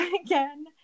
again